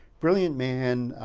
brilliant man,